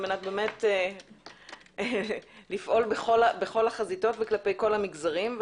כדי לפעול בכל החזיתות וכלפי כל המגזרים,